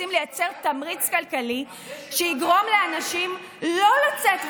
רוצים לייצר תמריץ כלכלי שיגרום לאנשים לא לצאת,